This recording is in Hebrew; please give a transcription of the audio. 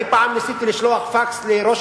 פעם ניסיתי לשלוח פקס לראש